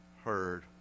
heard